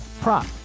prop